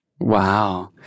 Wow